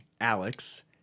Alex